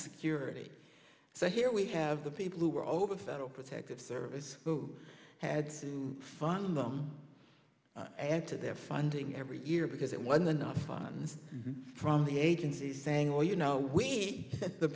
security so here we have the people who were over the federal protective service who had to fund them add to their funding every year because it wasn't enough funds from the agencies saying well you know we